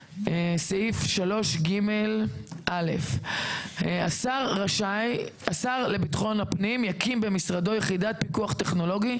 הקמת יחידת פיקוח טכנולוגי ומינוי בעלי תפקידים ביחידה 3ג. (א)השר לביטחון הפנים יקים במשרדו יחידת פיקוח טכנולוגי,